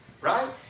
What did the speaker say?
Right